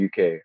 UK